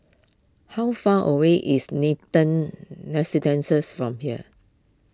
how far away is Nathan from here